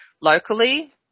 locally